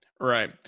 Right